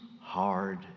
hard